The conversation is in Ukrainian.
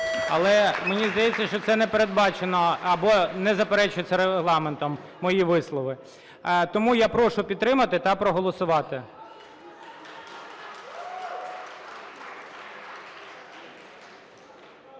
Але, мені здається, що це не передбачено або не заперечується Регламентом, мої вислови. Тому я прошу підтримати та проголосувати.